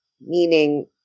meaning